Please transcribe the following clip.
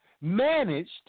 managed